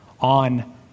on